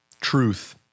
truth